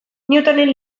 newtonen